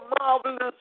marvelous